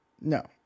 no